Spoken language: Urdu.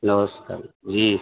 نمسکار جی